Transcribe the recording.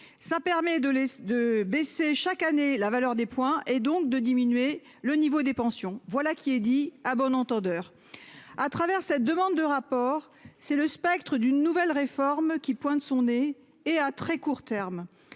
de les, de baisser chaque année la valeur des points et donc de diminuer le niveau des pensions, voilà qui est dit. À bon entendeur. À travers cette demande de rapport, c'est le spectre d'une nouvelle réforme qui pointe son nez. Et à très court terme.